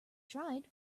dried